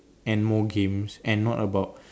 and more games and not about